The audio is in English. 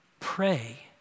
Pray